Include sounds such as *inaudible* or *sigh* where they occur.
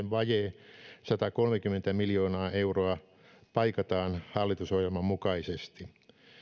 *unintelligible* vaje satakolmekymmentä miljoonaa euroa paikataan hallitusohjelman mukaisesti